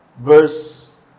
verse